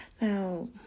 Now